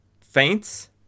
faints